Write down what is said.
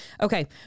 Okay